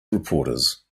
reporters